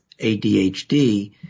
ADHD